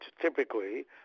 typically